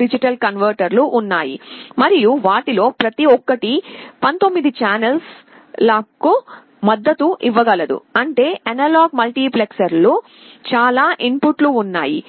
D కన్వర్టర్లు ఉన్నాయి మరియు వాటిలో ప్రతి ఒక్కటి 19 ఛానల్ లకూ మద్దతు ఇవ్వగలదు అంటే అనలాగ్ మల్టీప్లెక్సర్లో చాలా ఇన్పుట్లు ఉన్నాయి